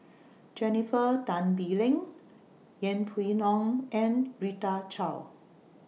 Jennifer Tan Bee Leng Yeng Pway Ngon and Rita Chao